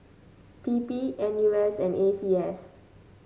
P P N U S and A C S